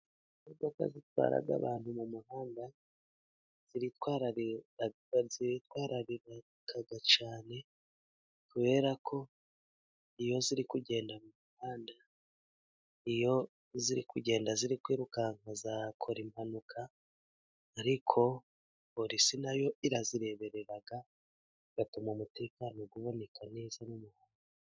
Imodoka zitwara abantu mu muhanda ziritwararika cyane， kubera ko iyo ziri kugenda mu muhanda，iyo ziri kugenda ziri kwirukanka，zakora impanuka， ariko porisi nayo irazireberera， igatuma umutekano uboneka neza mu muhanda.